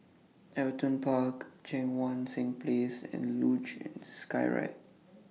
Everton Park Cheang Wan Seng Place and Luge and Skyride